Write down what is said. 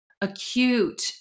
acute